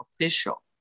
official